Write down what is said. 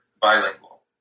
bilingual